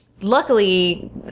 luckily